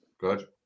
good